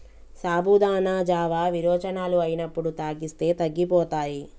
సాబుదానా జావా విరోచనాలు అయినప్పుడు తాగిస్తే తగ్గిపోతాయి